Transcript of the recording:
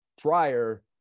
prior